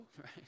right